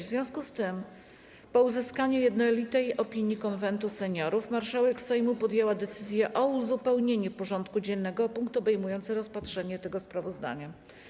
W związku z tym, po uzyskaniu jednolitej opinii Konwentu Seniorów, marszałek Sejmu podjęła decyzję o uzupełnieniu porządku dziennego o punkt obejmujący rozpatrzenie tego sprawozdania.